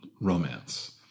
romance